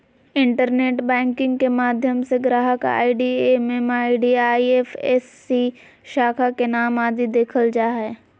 internet banking के माध्यम से ग्राहक आई.डी एम.एम.आई.डी, आई.एफ.एस.सी, शाखा के नाम आदि देखल जा हय